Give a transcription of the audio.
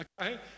okay